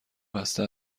بسته